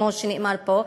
כמו שנאמר פה,